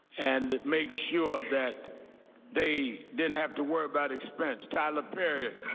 and made sure that they didn't have to worry about expense. tyler perry